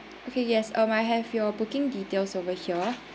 okay yes um I have your booking details over here